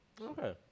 Okay